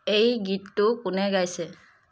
এই গীতটো কোনে গাইছে